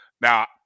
Now